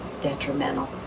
detrimental